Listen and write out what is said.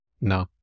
no